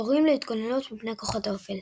מורים להתגוננות מפני כוחות האופל